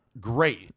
great